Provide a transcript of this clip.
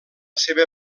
seva